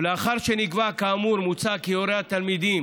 ולאחר שנקבע כאמור מוצע כי הורי התלמידים